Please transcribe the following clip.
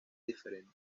diferente